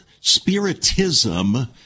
spiritism